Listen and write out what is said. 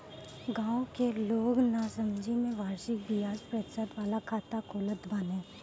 गांव के लोग नासमझी में वार्षिक बियाज प्रतिशत वाला खाता खोलत बाने